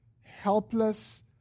helpless